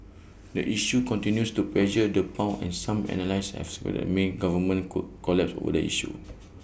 the issue continues to pressure the pound and some analysts have speculated May's government could collapse over the issue